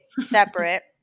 separate